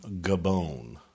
Gabon